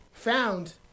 found